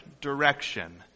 direction